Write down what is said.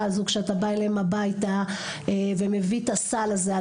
הזו כשאתה בא אליהם הביתה ומביא את הסל הזה.